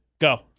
go